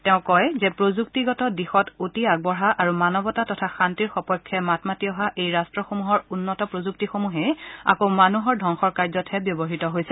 তেওঁ কয় যে প্ৰযুক্তিগত দিশত অতি আগবঢ়া আৰু মানৱতা তথা শান্তিৰ সপক্ষে মাত মাতি অহা এই ৰাট্টসমূহৰ উন্নত প্ৰযুক্তি সমূহেই আকৌ মানুহৰ ধংসৰ কাৰ্যতহে ব্যৱহৃত হৈছে